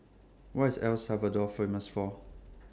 What IS El Salvador Famous For